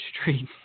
street